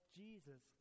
jesus